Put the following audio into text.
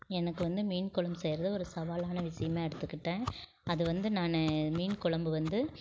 எனக்கு வந்து மீன் கொழம்பு செய்கிறது ஒரு சவாலான விஷயமா எடுத்துக்கிட்டேன் அது வந்து நான் மீன் குழம்பு வந்து